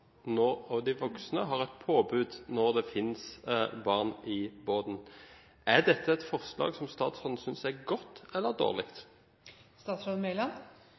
når det er barn i båten. Er dette et forslag som statsråden synes er godt eller